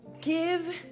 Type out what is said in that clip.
give